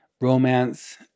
romance